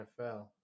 NFL